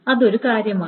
അത് ഒരു കാര്യമാണ്